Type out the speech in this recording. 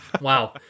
Wow